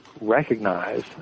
recognize